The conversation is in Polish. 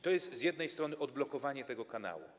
To jest z jednej strony odblokowanie tego kanału.